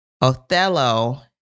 Othello